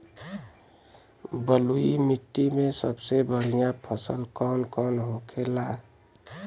बलुई मिट्टी में सबसे बढ़ियां फसल कौन कौन होखेला?